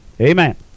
Amen